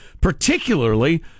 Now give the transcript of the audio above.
Particularly